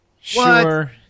Sure